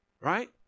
right